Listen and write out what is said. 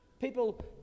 People